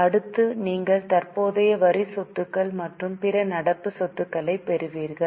அடுத்து நீங்கள் தற்போதைய வரி சொத்துக்கள் மற்றும் பிற நடப்பு சொத்துக்களைப் பெறுவீர்கள்